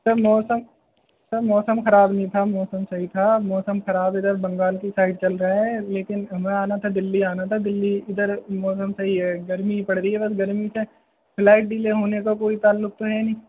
سر موسم سر موسم خراب نہیں تھا موسم صحیح تھا موسم خراب ادھر بنگال کی سائڈ چل رہا ہے لیکن ہمیں آنا تھا دہلی آنا تھا دہلی ادھر موسم صحیح ہے گرمی پڑ رہی ہے بس گرمی سے فلائٹ ڈلے ہونے کا کوئی تعلق تو ہے نہیں